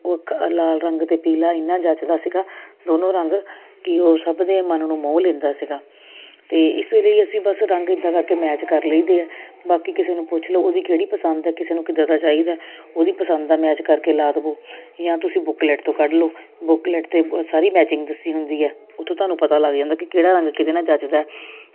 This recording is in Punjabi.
ਉਹ ਅਖ ਲਾਲ ਰੰਗ 'ਤੇ ਪੀਲਾ ਇੰਨਾ ਜੱਚਦਾ ਸੀਗਾ ਦੋਨੋਂ ਰੰਗ ਕਿ ਉਹ ਸਭ ਦੇ ਮਨ ਨੂੰ ਮੋਹ ਲੈਂਦਾ ਸੀਗਾ ਅਤੇ ਇਸ ਲਈ ਅਸੀਂ ਬਸ ਰੰਗ ਇੱਦਾਂ ਕਰਕੇ ਮੈਚ ਕਰ ਲਈਦੇ ਆ ਬਾਕੀ ਕਿਸੇ ਨੂੰ ਪੁੱਛ ਲਓ ਉਹਦੀ ਕਿਹੜੀ ਪਸੰਦ ਹੈ ਕਿਸੇ ਨੂੰ ਕਿੱਦਾਂ ਦਾ ਚਾਹੀਦਾ ਉਹਦੀ ਪਸੰਦ ਦਾ ਮੈਚ ਕਰਕੇ ਲਾ ਦਵੋ ਜਾਂ ਤੁਸੀਂ ਬੁੱਕਲੈਟ ਤੋਂ ਕੱਢ ਲਉ ਬੁੱਕਲੈਟ 'ਤੇ ਸਾਰੀ ਮੈਚਿੰਗ ਦੱਸੀ ਹੁੰਦੀ ਆ ਉੱਥੋਂ ਤੁਹਾਨੂੰ ਪਤਾ ਲੱਗ ਜਾਂਦਾ ਕਿ ਕਿਹੜਾ ਰੰਗ ਕਿਹਦੇ ਨਾਲ ਜੱਚਦਾ